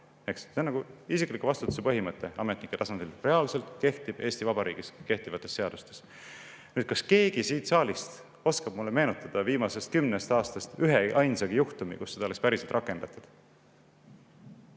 See on nagu isikliku vastutuse põhimõte ametnike tasandil ja see reaalselt kehtib Eesti Vabariigis kehtivate seaduste järgi. Kas keegi siit saalist oskab meenutada viimasest kümnest aastast ühteainsatki juhtumit, kus seda oleks päriselt rakendatud?